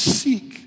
seek